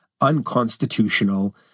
unconstitutional